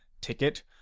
ticket